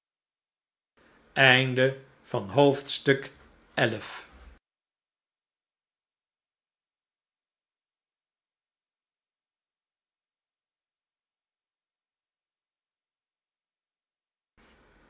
voorkomen van het